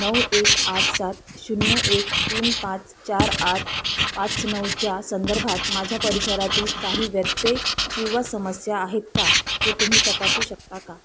नऊ एक आठ सात शून्य एक तीन पाच चार आठ पाच नऊच्या संदर्भात माझ्या परिसरातील काही व्यत्यय किंवा समस्या आहेत का ते तुम्ही तपासू शकता का